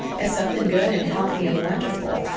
as something good and healthy and wonderful.